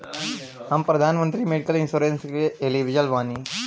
हम प्रधानमंत्री medical insurance के लिए एलिजिबल बानी?